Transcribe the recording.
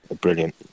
Brilliant